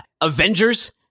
Avengers